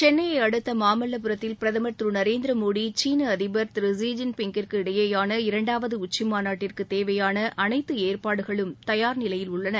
சென்னையை அடுத்த மாமல்லபுரத்தில் பிரதமர் திரு நரேந்திர மோடி சீன அதிபர் திரு ஸி ஜீன் பிங்கிற்கு இடையேயான இரண்டாவது உச்சிமாநாட்டிற்கு தேவையான அனைத்து ஏற்பாடுகளும் தயார் நிலையில் உள்ளன